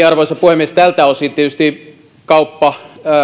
arvoisa puhemies tältä osin tietysti kauppaa